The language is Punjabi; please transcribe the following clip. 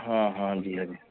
ਹਾਂ ਹਾਂਜੀ ਹਾਂਜੀ